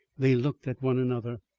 they looked at one another.